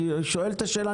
אני שואל את השאלה,